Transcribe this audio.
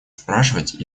спрашивать